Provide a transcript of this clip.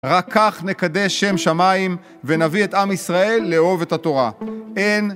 רק כך נקדש שם שמיים ונביא את עם ישראל לאוהב את התורה. אין